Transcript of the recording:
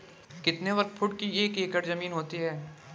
कितने वर्ग फुट की एक एकड़ ज़मीन होती है?